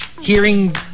hearing